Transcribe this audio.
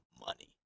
money